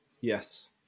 yes